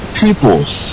peoples